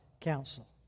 counsel